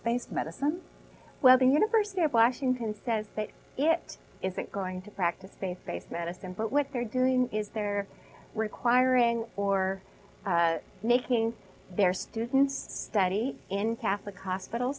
based medicine well the university of washington says it isn't going to practice space based medicine but what they're doing is they're requiring or making their students study in catholic hospital